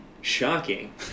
shocking